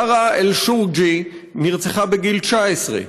בראה אלשורבג'י נרצחה בגיל 19,